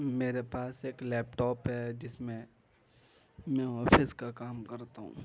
میرے پاس ایک لیپ ٹاپ ہے جس میں میں آفیس کا کام کرتا ہوں